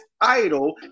idol